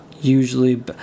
usually